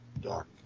dark